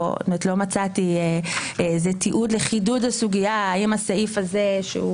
לא מצאתי תיעוד לחידוד הסוגייה האם הסעיף הזה,